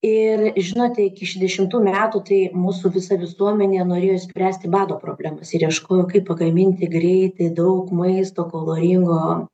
ir žinote iki šedešimtų metų tai mūsų visa visuomenė norėjo spręsti bado problemas ir ieškojo kaip pagaminti greitai daug maisto kaloringo